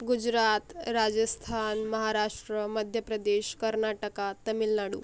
Gujarat Rajasthan Maharashtra Madhya Pradesh Karnataka Tamil Nadu